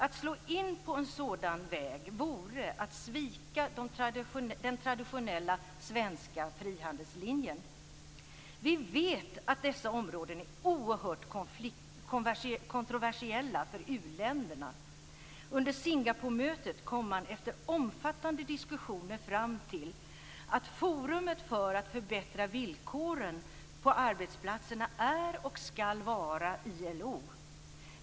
Att slå in på en sådan väg vore att svika den traditionella svenska frihandelslinjen. Vi vet att dessa områden är oerhört kontroversiella för u-länderna. Under Singaporemötet kom man efter omfattande diskussioner fram till att forumet för att förbättra villkoren på arbetsplatserna är och skall vara ILO.